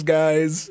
guys